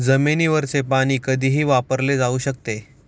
जमिनीवरचे पाणी कधीही वापरले जाऊ शकते